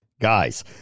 Guys